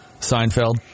Seinfeld